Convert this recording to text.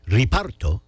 riparto